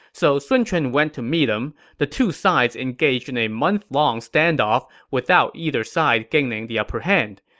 so sun quan went to meet him. the two sides engaged in a month-long standoff without either side gaining the upperhand.